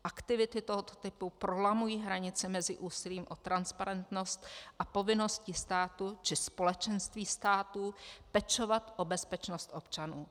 Aktivity tohoto typu prolamují hranice mezi úsilím o transparentnost a povinností státu či společenství států pečovat o bezpečnost občanů.